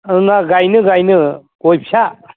नङा गायनो गय फिसा